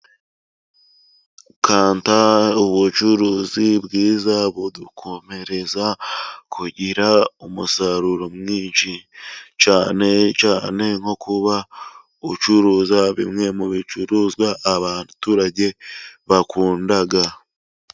Kanta ubucuruzi bwiza budukomereza kugira umusaruro mwinshi, cyane cyane nko kuba ucuruza bimwe mu bicuruzwa abaturage bakunda .